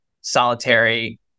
solitary